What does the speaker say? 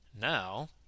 Now